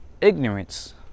ignorance